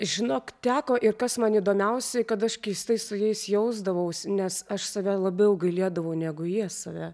žinok teko ir kas man įdomiausiai kad aš keistai su jais jausdavausi nes aš save labiau gailėdavau negu jie save